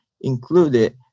included